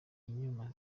inyuma